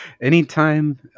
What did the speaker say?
Anytime